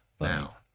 now